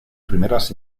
primeras